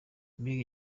mbega